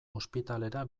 ospitalera